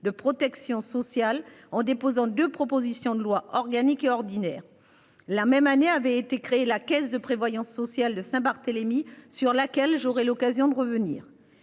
de protection sociale en déposant 2 propositions de loi organique et ordinaire. La même année avait été créée, la Caisse de prévoyance sociale de Saint-Barthélemy, sur laquelle j'aurai l'occasion de revenir.